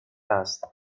هست